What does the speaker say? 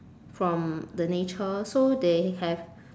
from the nature so they have